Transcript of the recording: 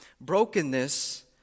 Brokenness